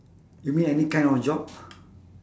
you mean any kind of job